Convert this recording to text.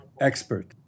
expert